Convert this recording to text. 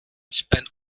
spent